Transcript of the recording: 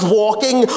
walking